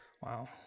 Wow